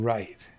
Right